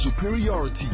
superiority